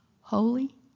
Holy